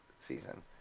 season